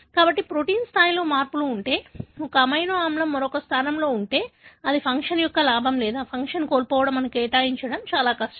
కాబట్టి ప్రోటీన్ స్థాయిలో మార్పులు ఉంటే ఒక అమైనో ఆమ్లం మరొకదాని స్థానంలో ఉంటే అది ఫంక్షన్ యొక్క లాభం లేదా ఫంక్షన్ కోల్పోవడం అని కేటాయించడం చాలా కష్టం